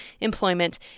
employment